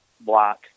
block